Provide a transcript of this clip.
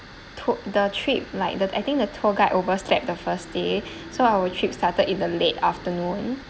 tou~ the trip like the I think the tour guide overslept the first day so our trip started in the late afternoon